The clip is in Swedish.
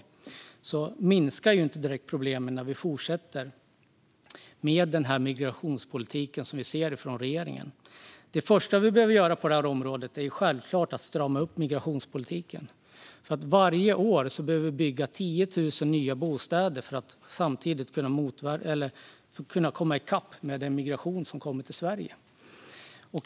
Problemen minskar inte direkt när den migrationspolitik som vi ser från regeringen fortsätter. Det första vi behöver göra på området är självfallet att strama upp migrationspolitiken. Varje år behöver vi bygga 10 000 nya bostäder för att kunna komma i kapp när det gäller migrationen till Sverige.